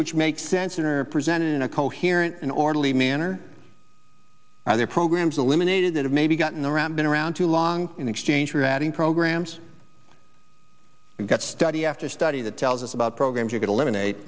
which make sense in are presented in a coherent an orderly manner are there programs eliminated that it may be gotten around been around too long in exchange for adding programs we've got study after study that tells us about programs you could eliminate